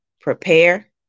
prepare